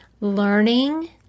learning